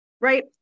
Right